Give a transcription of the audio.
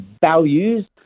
values